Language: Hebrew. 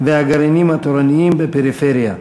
והגרעינים התורניים בפריפריה.